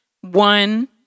one